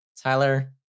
Tyler